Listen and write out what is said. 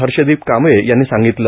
हर्षदीप कांबळे यांनी सांगितले